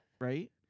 Right